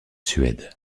suède